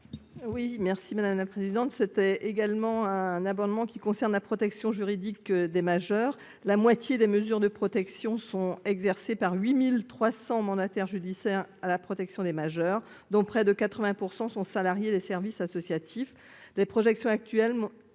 Oui merci madame la présidente, c'était également un abonnement qui concernent la protection juridique des majeurs : la moitié des mesures de protection sont exercées par 8300 mandataires judiciaires à la protection des majeurs, dont près de 80 pour 100 sont salariés des services associatifs, les projections actuelles